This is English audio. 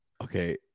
Okay